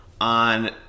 on